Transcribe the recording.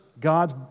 God's